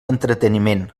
entreteniment